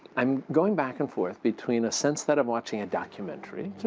i'm going back and forth between a sense that i'm watching a documentary,